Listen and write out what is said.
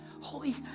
Holy